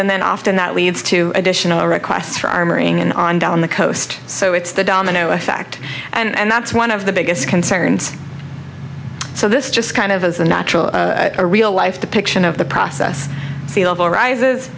and then often that leads to additional requests for armoring and on down the coast so it's the domino effect and that's one of the biggest concerns so this just kind of as a natural a real life depiction of the process sealevel rises